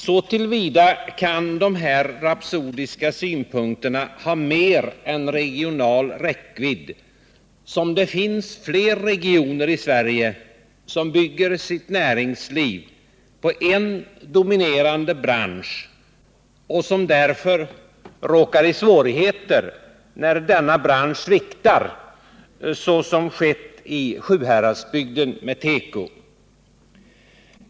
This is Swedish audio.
Så till vida kan de här rapsodiska synpunkterna ha mer än regional räckvidd som det finns fler regioner i Sverige som bygger sitt näringsliv på en dominerande bransch och som därför råkar i svårigheter när denna bransch sviktar såsom skett i Sjuhäradsbygden med teko.